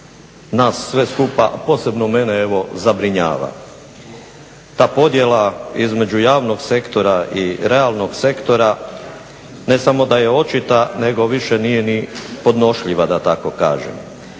nas sve skupa, posebno mene evo zabrinjava. Ta podjela između javnog sektora i realnog sektora ne samo da je očita nego više nije ni podnošljiva da tako kažem.